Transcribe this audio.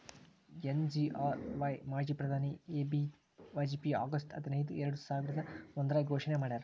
SGRY ಮಾಜಿ ಪ್ರಧಾನಿ A B Vajpayee August ಹದಿನೈದು ಎರ್ಡಸಾವಿರದ ಒಂದ್ರಾಗ ಘೋಷಣೆ ಮಾಡ್ಯಾರ